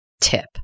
tip